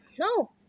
no